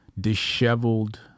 disheveled